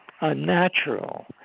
unnatural